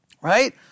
Right